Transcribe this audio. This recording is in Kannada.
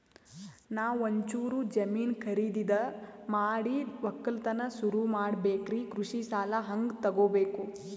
ನಾ ಒಂಚೂರು ಜಮೀನ ಖರೀದಿದ ಮಾಡಿ ಒಕ್ಕಲತನ ಸುರು ಮಾಡ ಬೇಕ್ರಿ, ಕೃಷಿ ಸಾಲ ಹಂಗ ತೊಗೊಬೇಕು?